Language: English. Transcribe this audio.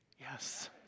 Yes